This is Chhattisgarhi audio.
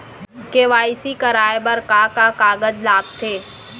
के.वाई.सी कराये बर का का कागज लागथे?